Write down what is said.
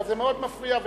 אבל זה מאוד מפריע.